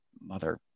mother